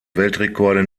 weltrekorde